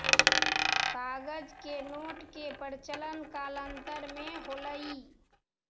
कागज के नोट के प्रचलन कालांतर में होलइ